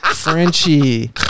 Frenchie